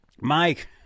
Mike